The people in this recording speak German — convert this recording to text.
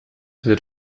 wird